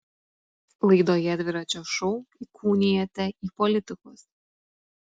laidoje dviračio šou įkūnijate į politikus